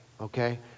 Okay